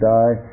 die